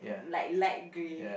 like light grey